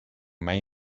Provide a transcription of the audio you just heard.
may